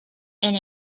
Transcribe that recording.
and